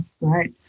Right